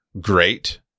great